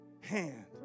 hand